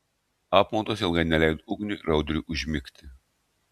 apmaudas ilgai neleido ugniui ir audriui užmigti